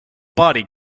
body